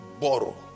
borrow